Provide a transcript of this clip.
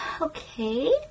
okay